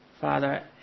Father